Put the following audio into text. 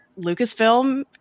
Lucasfilm